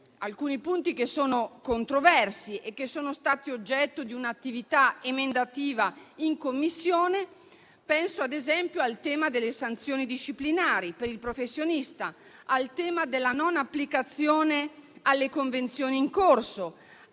alcuni punti controversi di questa legge, che sono stati oggetto di un'attività emendativa in Commissione. Penso, ad esempio, al tema delle sanzioni disciplinari per il professionista, al tema della non applicazione alle convenzioni in corso